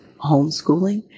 homeschooling